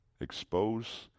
expose